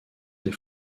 des